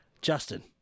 Justin